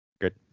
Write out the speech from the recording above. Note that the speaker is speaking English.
good